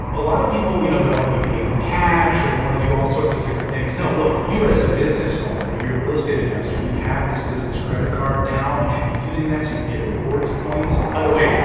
um a lot of people, you know they want to be paid in cash, or they want to do all sorts of different things. no, look, you as a business owner, you're a real estate investor. you have this business credit card now. you should be using that, so you can get rewards points. by the way,